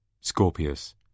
Scorpius